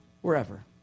wherever